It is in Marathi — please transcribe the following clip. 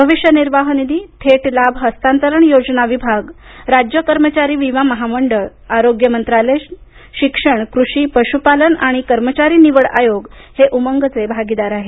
भविष्य निर्वाह निधी थेट लाभ हस्तांतरण योजना विभाग राज्य कर्मचारी विमा महामंडळ आरोग्य मंत्रालय शिक्षण कृषी पशुपालन आणि कर्मचारी निवड आयोग हे उमंगचे भागीदार आहेत